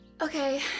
Okay